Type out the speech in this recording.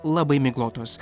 labai miglotos